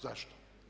Zašto?